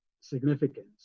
significance